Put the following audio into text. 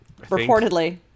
reportedly